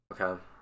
Okay